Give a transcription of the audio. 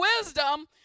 wisdom